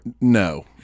No